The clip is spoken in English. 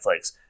Netflix